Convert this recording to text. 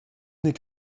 n’est